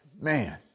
man